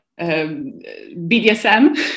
BDSM